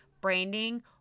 branding